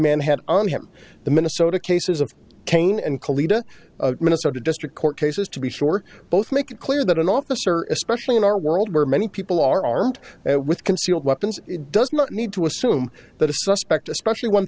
had on him the minnesota cases of cane and kalita minnesota district court cases to be sure both make it clear that an officer especially in our world where many people are armed with concealed weapons does not need to assume that a suspect especially one